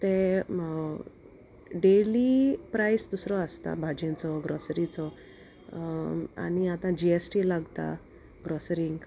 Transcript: ते डेली प्रायस दुसरो आसता भाजयेचो ग्रोसरीचो आनी आतां जी एस टी लागता ग्रोसरींक